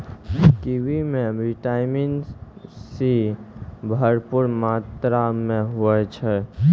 kiwi म vitamin C भरपूर मात्रा में होय छै